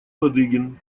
ладыгин